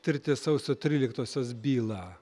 tirti sausio tryliktosios bylą